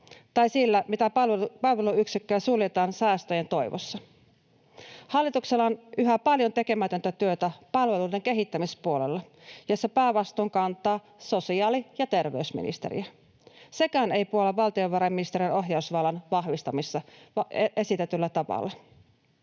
tai sillä, mitä palveluyksikköjä suljetaan säästöjen toivossa. Hallituksella on yhä paljon tekemätöntä työtä palveluiden kehittämispuolella, josta päävastuun kantaa sosiaali- ja terveysministeriö. Sekään ei puolla valtiovarainministeriön ohjausvallan vahvistamista esitetyllä tavalla.